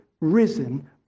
risen